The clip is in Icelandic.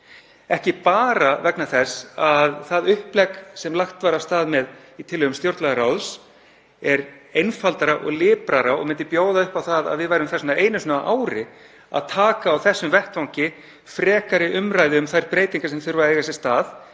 Ekki bara vegna þess að það upplegg sem lagt var af stað með í tillögum stjórnlagaráðs er einfaldara og liprara og myndi bjóða upp á að við værum þess vegna einu sinni á ári að taka frekari umræðu á þessum vettvangi um þær breytingar sem þurfa að eiga sér stað,